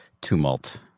tumult